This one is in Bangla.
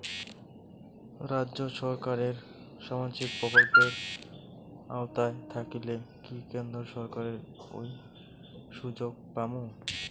রাজ্য সরকারের সামাজিক প্রকল্পের আওতায় থাকিলে কি কেন্দ্র সরকারের ওই সুযোগ পামু?